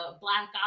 black